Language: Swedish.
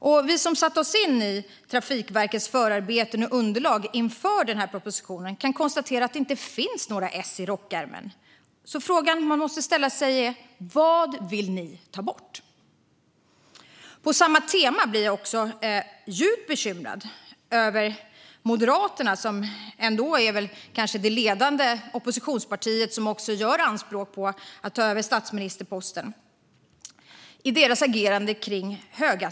Vi som har satt oss in i Trafikverkets förarbeten och underlag inför propositionen kan konstatera att det inte finns några ess i rockärmen. Den fråga man då måste ställa sig är: Vad vill ni ta bort? På samma tema blir jag också djupt bekymrad över Moderaternas agerande i frågan kring höghastighetståg. Moderaterna är kanske det ledande oppositionspartiet och gör anspråk på att ta över statsministerposten.